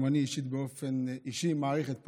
גם אני אישית באופן אישי מעריך את פועלו.